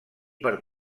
per